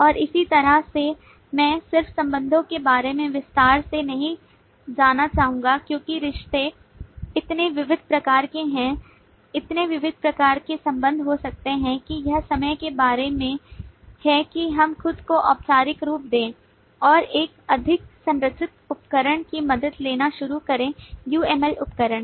और इस तरीके से मैं सिर्फ संबंधों के बारे में विस्तार से नहीं जाना चाहूंगा क्योंकि रिश्ते इतने विविध प्रकार के हैं इतने विविध प्रकार के संबंध हो सकते हैं कि यह समय के बारे में है कि हम खुद को औपचारिक रूप दें और एक अधिक संरचित उपकरण की मदद लेना शुरू करें UML उपकरण